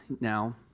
now